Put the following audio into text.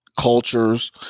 cultures